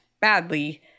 badly